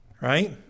right